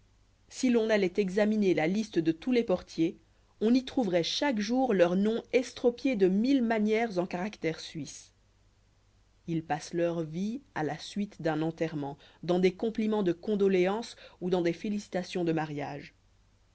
si l'on alloit examiner la liste de tous les portiers on y trouveroit chaque jour leur nom estropié de mille manières en caractères suisses ils passent leur vie à la suite d'un enterrement dans des compliments de condoléances ou dans des sollicitations de mariage